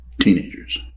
teenagers